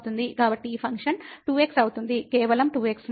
కాబట్టి ఈ function 2x అవుతుంది కేవలం 2x